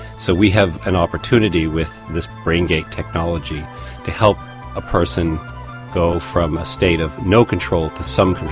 so we have an opportunity with this braingate technology to help a person go from a state of no control to some